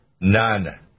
None